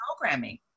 programming